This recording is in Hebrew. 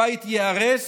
הבית ייהרס